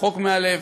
רחוק מהלב,